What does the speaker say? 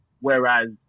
Whereas